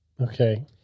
Okay